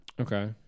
okay